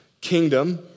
kingdom